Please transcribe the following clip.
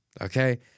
Okay